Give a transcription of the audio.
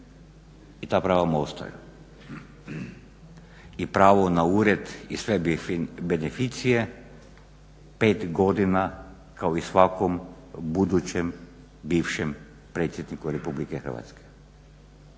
i ta prava mu ostaju i pravo na ured i sve beneficije, pet godina kao i svakom budućem bivšem predsjedniku Republike Hrvatske.